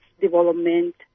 development